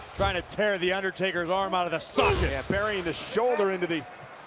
trying to tear the undertaker's arm out of the socket. yeah, burying the shoulder into the